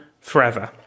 forever